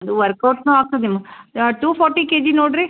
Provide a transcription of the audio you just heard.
ಅದು ವರ್ಕೌಟ್ನೂ ಆಗ್ತದೆ ನಿಮ್ಮ ಯಾ ಟು ಫಾರ್ಟಿ ಕೆ ಜಿ ನೋಡಿರಿ